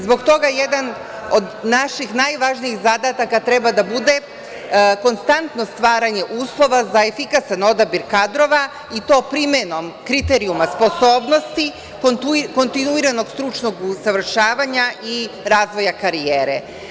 Zbog toga jedan od naših najvažnijih zadataka treba da bude konstantno stvaranje uslova za efikasan odabir kadrova, i to primenom kriterijuma sposobnosti, kontinuiranog stručnog usavršavanja i razvoja karijere.